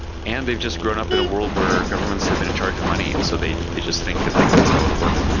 and they've just grown up in a world where governments have been in charge of money, and so they they just think that like that's how it will work.